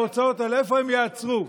ההוצאות האלה, איפה הן ייעצרו?